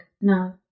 No